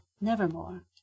nevermore